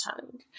tongue